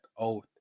out